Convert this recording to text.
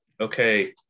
okay